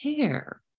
care